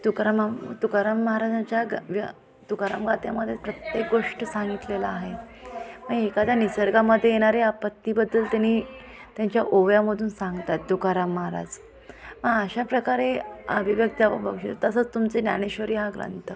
तुकाराम म तुकाराम महाराजांच्या ग व्या तुकाराम गाथेमध्येच प्रत्येक गोष्ट सांगितलेली आहे मग एखाद्या निसर्गामध्ये येणारे आपत्तीबद्दल त्यांनी त्यांच्या ओव्यामधून सांगतात तुकाराम महाराज अशा प्रकारे अभिव्यक्त तसंच तुमचा ज्ञानेश्वरी हा ग्रंथ